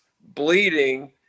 bleeding